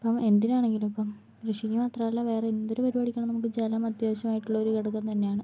ഇപ്പോൾ എന്തിനാണെങ്കിലും ഇപ്പോൾ കൃഷിക്ക് മാത്രമല്ല വേറെ എന്തൊരു പരിപാടിക്കാണെങ്കിലും ജലം അത്യാവശ്യമായിട്ടുള്ള ഒരു ഘടകം തന്നെയാണ് ആണ്